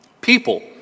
People